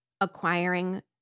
acquiring